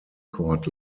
court